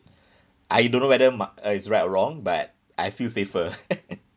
I don't know whether m~ uh is right or wrong but I feel safer